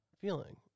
feeling